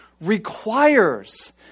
requires